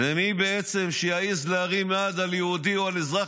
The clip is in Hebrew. ומי שבעצם יעז להרים יד על יהודי או על אזרח